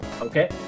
Okay